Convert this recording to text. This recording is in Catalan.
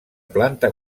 planta